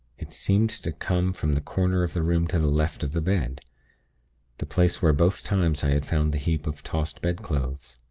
it seemed to come from the corner of the room to the left of the bed the place where both times i had found the heap of tossed bedclothes.